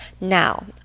Now